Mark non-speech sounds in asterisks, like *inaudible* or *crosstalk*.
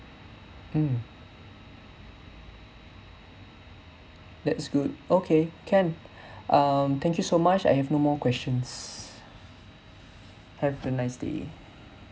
mm that's good okay can *breath* um thank you so much I have no more questions have a nice day